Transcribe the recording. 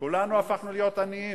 כולנו הפכנו להיות עניים,